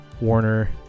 Warner